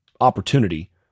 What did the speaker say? opportunity